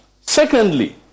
Secondly